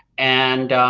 and